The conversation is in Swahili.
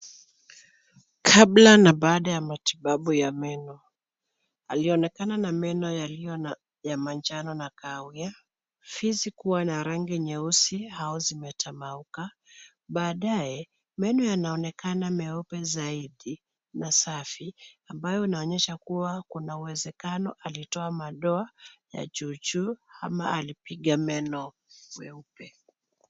Kabla na baada ya matibabau ya meno. Alionekana na meno yaliyo na ya manjano na kahawia Fizi kuwa na rangi nyeusi au zimetamauka. Baadaye meno yanaonekana meupe zaidi na safi; ambayo inaonyesha kuwa kunawezekano alitoa madoa doa ya juu juu ama alipiga meno meupe.